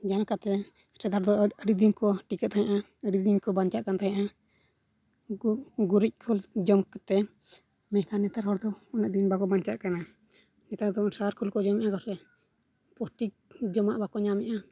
ᱡᱟᱦᱟᱸ ᱞᱮᱠᱟᱛᱮ ᱥᱮᱫᱟᱭ ᱫᱚ ᱟᱹᱰᱤᱫᱤᱱ ᱠᱚ ᱴᱤᱠᱟᱹᱜ ᱛᱟᱦᱮᱱᱟ ᱟᱹᱰᱤᱫᱤᱱ ᱠᱚ ᱵᱟᱧᱪᱟᱜ ᱠᱟᱱ ᱛᱟᱦᱮᱱᱟ ᱩᱱᱠᱩ ᱜᱩᱨᱤᱡᱽ ᱠᱷᱳᱞ ᱡᱚᱢ ᱠᱟᱛᱮᱫ ᱢᱮᱱᱠᱷᱟᱱ ᱱᱮᱛᱟᱨ ᱦᱚᱲ ᱫᱚ ᱩᱱᱟᱹᱜ ᱫᱤᱱ ᱵᱟᱠᱚ ᱵᱟᱧᱪᱟᱜ ᱠᱟᱱᱟ ᱱᱮᱛᱟᱨ ᱫᱚ ᱫᱚᱢᱮ ᱥᱟᱨ ᱠᱷᱳᱞ ᱠᱚ ᱡᱚᱢᱮᱜᱼᱟ ᱠᱚᱥᱮ ᱯᱳᱥᱴᱤᱠ ᱡᱚᱢᱟᱜ ᱵᱟᱠᱚ ᱧᱟᱢᱮᱜᱼᱟ